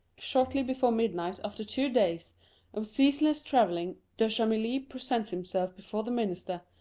shortly before midnight, after two days of ceaseless travelling, de chamilly presented himself before the minister,